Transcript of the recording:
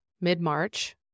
mid-March